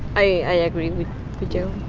i, i agree with joe.